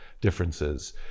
differences